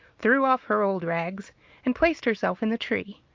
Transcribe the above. threw off her old rags and placed herself in the tree.